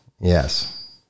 Yes